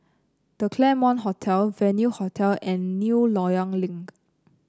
The Claremont Hotel Venue Hotel and New Loyang Link